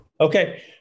Okay